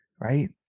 Right